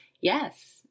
Yes